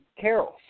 carols